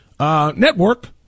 Network